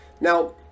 Now